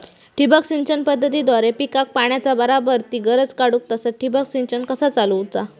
ठिबक सिंचन पद्धतीद्वारे पिकाक पाण्याचा बराबर ती गरज काडूक तसा ठिबक संच कसा चालवुचा?